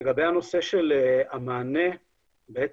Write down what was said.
לגבי הנושא של המענה לפזורה,